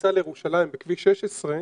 מהפריצה לירושלים בכביש 16,